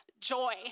joy